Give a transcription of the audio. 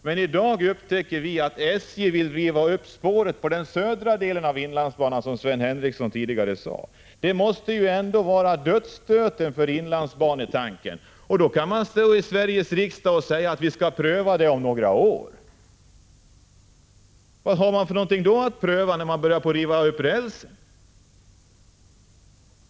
Men i dag upptäcker vi att SJ vill riva upp spåret på den södra delen av inlandsbanan, som Sven Henricsson tidigare sade. Det måste ju vara dödsstöten för inlandsbanan, och så står man i Sveriges riksdag och säger att frågan om inlandsbanan skall prövas om några år. Vad har man kvar att pröva när man nu börjar riva upp rälsen?